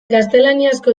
gaztelaniazko